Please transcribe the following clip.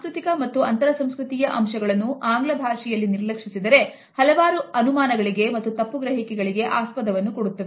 ಸಾಂಸ್ಕೃತಿಕ ಮತ್ತು ಅಂತರ ಸಂಸ್ಕೃತಿಯ ಅಂಶಗಳನ್ನು ಆಂಗ್ಲಭಾಷೆಯಲ್ಲಿ ನಿರ್ಲಕ್ಷಿಸಿದರೆ ಹಲವಾರು ಅನುಮಾನಗಳಿಗೆ ಮತ್ತು ತಪ್ಪು ಗ್ರಹಿಕೆಗಳಿಗೆ ಆಸ್ಪದವನ್ನು ಕೊಡುತ್ತದೆ